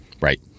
right